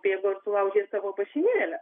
bėgo ir sulaužė savo mašinėlę